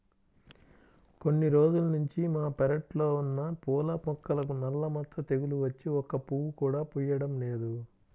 కొన్ని రోజుల్నుంచి మా పెరడ్లో ఉన్న పూల మొక్కలకు నల్ల మచ్చ తెగులు వచ్చి ఒక్క పువ్వు కూడా పుయ్యడం లేదు